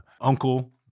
uncle